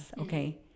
Okay